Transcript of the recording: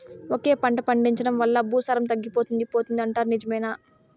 ఒకే పంట పండించడం వల్ల భూసారం తగ్గిపోతుంది పోతుంది అంటారు నిజమేనా